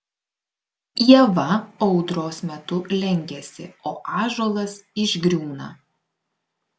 ieva audros metu lenkiasi o ąžuolas išgriūna